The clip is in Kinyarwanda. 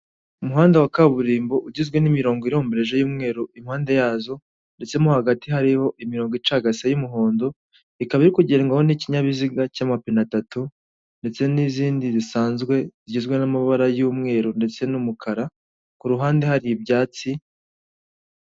Umuhanda wa kaburimbo ugizwe n'imirongo irombaraje y'umweru impande yazo ndetse mo hagati hariho imirongo icagasa y'umuhondo ikaba irikugenrwaho n'ikinyabiziga cy'amapina atatu ndetse n'izindi risanzwe zigizwe n'amabara y'umweru ndetse n'umukara ku ruhande hari ibyatsi.